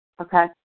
Okay